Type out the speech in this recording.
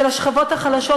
של השכבות החלשות,